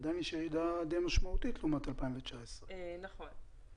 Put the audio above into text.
די משמעותית לעומת 2019. נכון.